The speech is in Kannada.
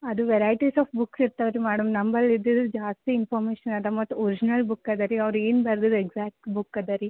ಅದು ವೆರೈಟೀಸ್ ಆಫ್ ಬುಕ್ಸ್ ಇರ್ತವೆ ರೀ ಮೇಡಮ್ ನಮ್ಮಲ್ಲ್ ಇದ್ದಿದ್ದು ಜಾಸ್ತಿ ಇನ್ಫರ್ಮೇಶನ್ ಇದೆ ಮತ್ತು ಒರ್ಜಿನಲ್ ಬುಕ್ ಇದೆ ರೀ ಅವ್ರು ಏನು ಬರ್ದಿದಾರೆ ಎಕ್ಸಾಕ್ಟ್ ಬುಕ್ ಇದೆ ರೀ